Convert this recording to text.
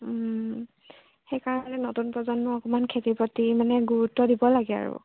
সেইকাৰণে নতুন প্ৰজন্ম অকমান খেতিৰ প্ৰতি মানে গুৰুত্ব দিব লাগে আৰু